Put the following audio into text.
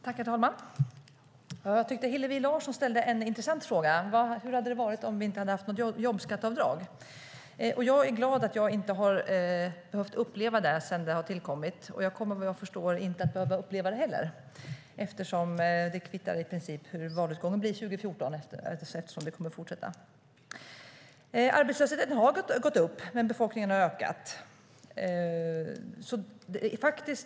Herr talman! Jag tyckte att Hillevi Larsson ställde en intressant fråga: Hur hade det varit om vi inte hade haft något jobbskatteavdrag? Jag är glad att jag inte har fått uppleva det sedan de har tillkommit, och vad jag förstår kommer jag inte att behöva uppleva det heller - det kvittar ju i princip hur valutgången blir 2014, eftersom jobbskatteavdragen kommer att vara kvar. Arbetslösheten har gått upp, men befolkningen har ökat.